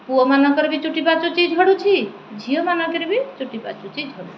ପୁଅମାନଙ୍କର ବି ଚୁଟି ପାଚୁଛି ଝଡ଼ୁଛି ଝିଅମାନଙ୍କରେ ବି ଚୁଟି ପାଚୁଛି ଝଡ଼ୁଛି